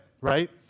right